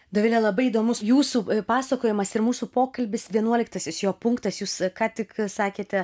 dovile labai įdomus jūsų pasakojimas ir mūsų pokalbis vienuoliktasis jo punktas jus ką tik sakėte